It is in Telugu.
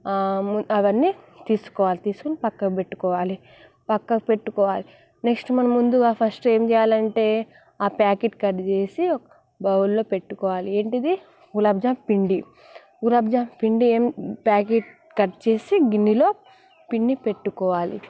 ము అవన్నీ తీసుకోవాలి తీసుకొని పక్కకు పెట్టుకోవాలి పక్కకు పెట్టుకోవాలి నెక్స్ట్ మనం ముందుగా ఫస్ట్ ఏం చేయాలంటే ఆ ప్యాకెట్ కట్ చేసి ఒక బౌల్లో పెట్టుకోవాలి ఏంటి అది గులాబ్ జామ్ పిండి గులాబ్ జామ్ పిండి ఏం ప్యాకెట్ కట్ చేసి గిన్నెలో పిండి పెట్టుకోవాలి